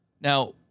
Now